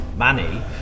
money